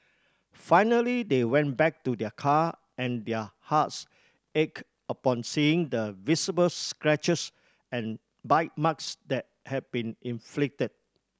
finally they went back to their car and their hearts ach upon seeing the visible scratches and bite marks that had been inflicted